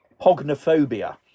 Pognophobia